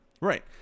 Right